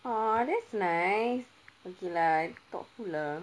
!aww! that's nice okay lah thoughtful lah